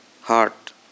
heart